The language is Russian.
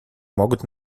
могут